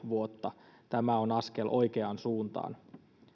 vuotta tämä on askel oikeaan suuntaan